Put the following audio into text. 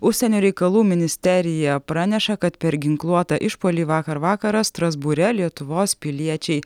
užsienio reikalų ministerija praneša kad per ginkluotą išpuolį vakar vakarą strasbūre lietuvos piliečiai